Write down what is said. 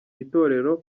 itorero